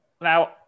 Now